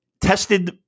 tested